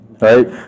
right